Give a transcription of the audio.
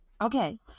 Okay